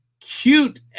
cute